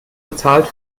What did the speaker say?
bezahlt